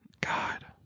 God